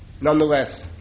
Nonetheless